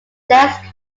dance